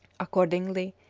accordingly,